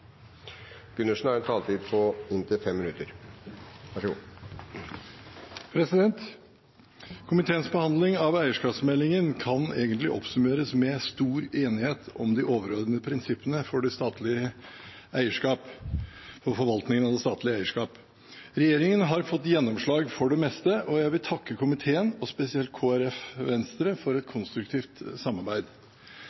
Komiteens behandling av eierskapsmeldingen kan egentlig oppsummeres med at det er stor enighet om de overordnede prinsippene for forvaltningen av det statlige eierskap. Regjeringen har fått gjennomslag for det meste, og jeg vil takke komiteen og spesielt Kristelig Folkeparti og Venstre for et konstruktivt samarbeid.